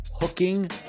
hooking